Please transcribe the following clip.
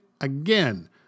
again